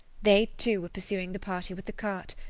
they, too, were pursuing the party with the cart.